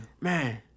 Man